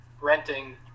renting